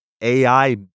AI